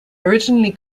originally